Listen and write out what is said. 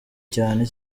cyane